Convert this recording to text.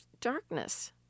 darkness